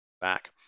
back